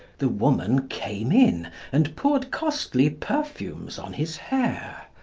the woman came in and poured costly perfumes on his hair.